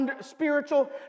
spiritual